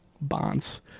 bonds